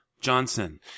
johnson